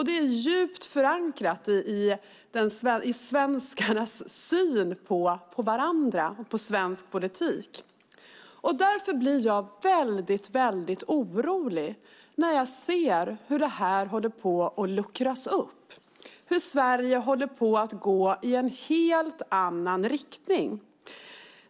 Det är djupt förankrat i svenskarnas syn på varandra och på svensk politik. Därför blir jag väldigt orolig när jag ser hur detta håller på att luckras upp, hur Sverige håller på att gå i en helt annan riktning.